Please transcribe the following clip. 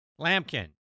Lampkin